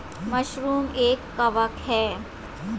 mushroom एक कवक है